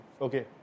Okay